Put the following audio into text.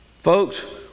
Folks